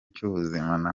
cy’ubuzima